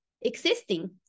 existing